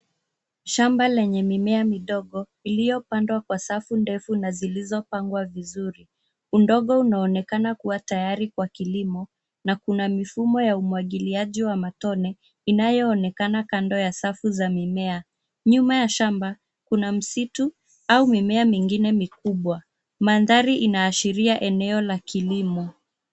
Shamba lenye mimea midogo iliyopandwa kwa safu ndefu na zilizopangwa vizuri. Udongo unaonekana kuwa tayari kwa kilimo, na kuna mifumo ya umwagiliaji wa matone inayoonekana kando ya safu za mimea. Nyuma ya shamba, kuna msitu au mimea mingine mikubwa. Mandhari inaashiria eneo la kilimo.